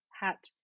hat